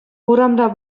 урамра